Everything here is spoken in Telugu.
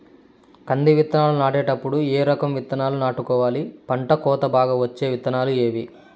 కంది విత్తనాలు నాటేటప్పుడు ఏ రకం విత్తనాలు నాటుకోవాలి, పంట కోత బాగా వచ్చే విత్తనాలు ఏవీ?